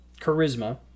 charisma